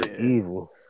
evil